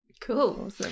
Cool